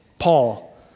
Paul